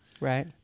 Right